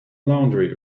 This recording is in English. laundry